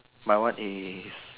my one is